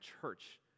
church